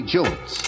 Jones